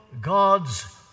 God's